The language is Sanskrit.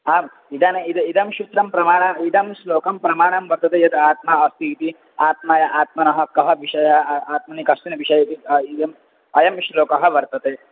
आम् इदानीम् इदम् इदं सूत्रं प्रमाणम् इदं स्लिकं प्रमाणं वर्तते यद् आत्मा अस्ति इति आत्मा आत्मनः कः विषयः आत्मनि कस्मिन् विषये इति इदम् अयं श्लोकः वर्तते